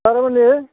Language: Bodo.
थारमाने